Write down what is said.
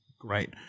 Great